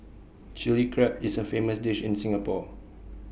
Chilli Crab is A famous dish in Singapore